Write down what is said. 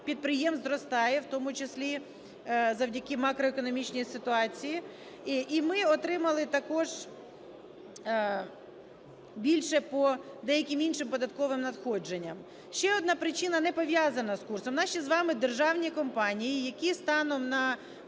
підприємств зростає в тому числі завдяки макроекономічній ситуації. І ми отримали також більше по деяким іншим податковим надходженням. Ще одна причина, не пов'язана з курсом. Наші з вами державні компанії, які станом на